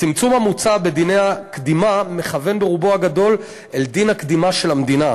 הצמצום המוצע בדיני הקדימה מכוון ברובו הגדול אל דין הקדימה של המדינה.